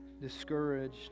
discouraged